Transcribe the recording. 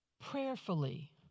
prayerfully